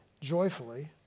joyfully